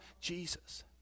Jesus